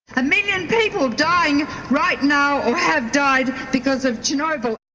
a million people dying right now, or have died, because of chernobyl.